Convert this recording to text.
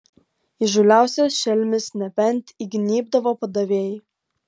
įžūliausias šelmis nebent įgnybdavo padavėjai